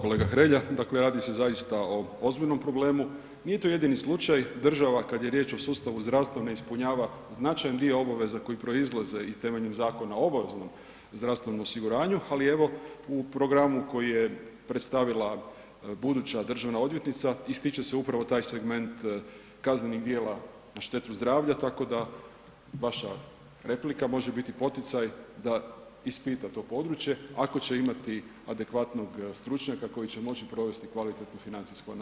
Kolega Hrelja, dakle radi se zaista o ozbiljnom problemu, nije to jedini slučaja, država kad je riječ o sustavu zdravstva, ne ispunjava značajni dio obaveza koje proizlaze iz temeljem Zakona o obaveznom zdravstvenom osiguranju, ali evo u programu koji je predstavila buduća državna odvjetnica, ističe se upravo taj segment kaznenih djela na štetu zdravlja tako da vaša replika može biti poticaj da ispita to područje, ako će imati adekvatnog stručnjaka koji će moći provesti kvalitetnu financijsku analizu.